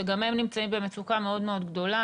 שגם הם נמצאים במצוקה מאוד מאוד גדולה,